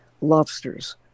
lobsters